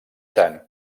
tant